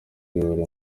buri